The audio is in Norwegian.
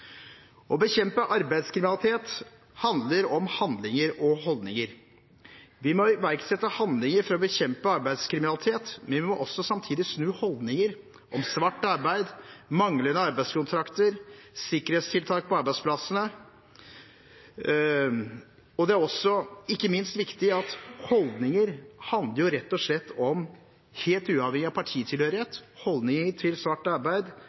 Å bekjempe arbeidskriminalitet handler om handlinger og holdninger. Vi må iverksette handlinger for å bekjempe arbeidskriminalitet, men vi må også samtidig snu holdninger om at svart arbeid, manglende arbeidskontrakter og sikkerhetstiltak på arbeidsplassene er akseptabelt. Det er ikke minst viktig at det rett og slett handler om holdninger, helt uavhengig av partitilhørighet. Holdningene til svart arbeid